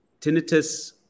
tinnitus